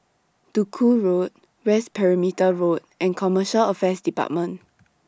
Duku Road West Perimeter Road and Commercial Affairs department